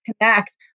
connect